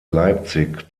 leipzig